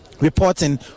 reporting